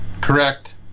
Correct